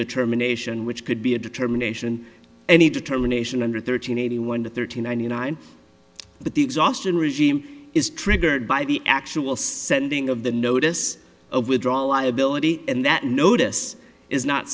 determination which could be a determination any determination under thirteen eighty one to thirteen ninety nine but the exhaustion regime is triggered by the actual sending of the notice of withdrawal liability and that